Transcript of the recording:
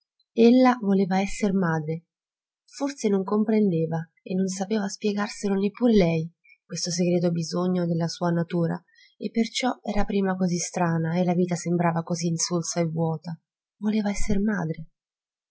ella voleva esser madre forse non comprendeva e non sapeva spiegarselo neppur lei questo segreto bisogno della sua natura e perciò era prima così strana e la vita le sembrava così insulsa e vuota voleva esser madre